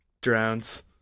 Drowns